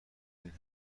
این